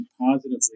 positively